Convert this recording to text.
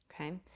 Okay